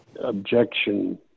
objection